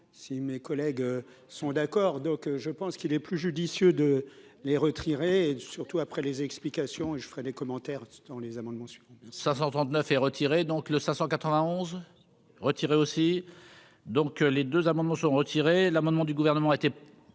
si mes collègues sont d'accord, donc je pense qu'il est plus judicieux de les retirer et surtout après les explications et je ferai des commentaires dans les amendements sur. 539 et retiré, donc le 591 retiré aussi donc les deux amendements sont retirés l'amendement du gouvernement été